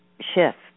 shift